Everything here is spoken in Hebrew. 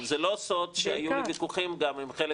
זה לא סוד שהיו לי ויכוחים גם עם חלק